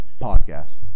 Podcast